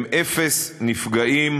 עם אפס נפגעים,